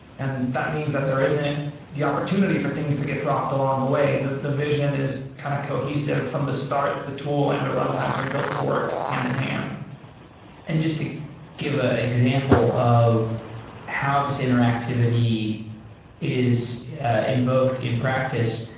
and that means that there isn't the opportunity for things to get dropped along the way. the the vision is kind of cohesive from the start, the tool and the runtimes are built to work hand-in-hand and just to give a example of how this interactivity is invoked in practice,